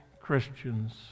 Christian's